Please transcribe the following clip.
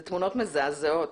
זה תמונות מזעזעות,